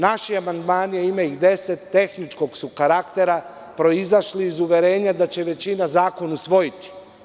Naši amandmani, ima ih deset, tehničkog su karaktera, proizašli iz uverenja da će većina zakon usvojiti.